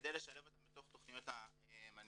כדי לשלב אותם בתוך תכניות המנהיגות.